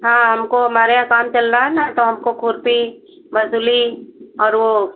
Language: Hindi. हाँ हमको हमारे यहाँ काम चल रहा है ना तो हमको खुरपी बसुली और वह